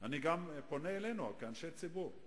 אני גם פונה אלינו כאנשי ציבור,